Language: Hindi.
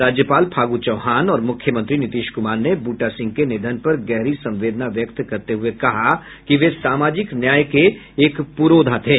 राज्यपाल फागू चौहान और मुख्यमंत्री नीतीश कुमार ने बूटा सिंह के निधन पर गहरी संवेदना व्यक्त करते हुये कहा कि वे सामाजिक न्याय के एक पुरोधा थे